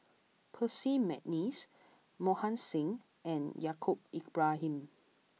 Percy McNeice Mohan Singh and Yaacob Ibrahim